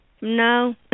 No